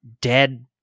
dead